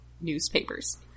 newspapers